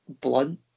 blunt